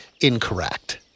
incorrect